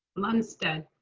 lunstead.